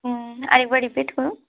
হুম আর একবার রিপিট করুন